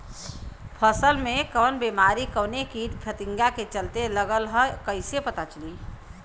फसल में कवन बेमारी कवने कीट फतिंगा के चलते लगल ह कइसे पता चली?